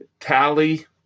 Tally